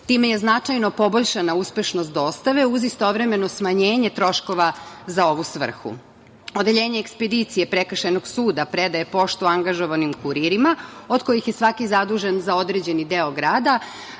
Time je značajno poboljšanja uspešnost dostave uz istovremeno smanjenje troškova za ovu svrhu. Odeljenje ekspedicije Prekršajnog suda predaje poštu angažovanim kuririma od kojih je svaki zadužen za određeni deo grada.